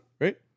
right